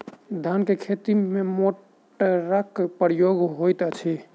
धान केँ खेती मे केँ मोटरक प्रयोग होइत अछि?